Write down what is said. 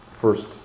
first